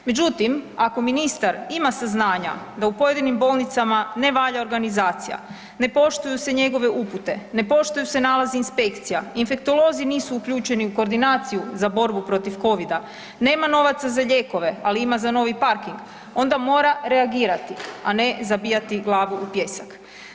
Međutim, ako ministar ima saznanja da u pojedinim bolnicama ne valja organizacija, ne poštuju se njegove upute, ne poštuju se nalazi inspekcija, infektolozi nisu uključeni u koordinaciju za borbu protiv covida, nema novaca za lijekove, ali ima za novi parking onda mora reagirati a ne zabijati glavu u pijesak.